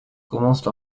commencent